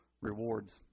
rewards